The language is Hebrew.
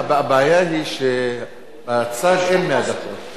לא, הבעיה היא שבצג אין 100 דקות.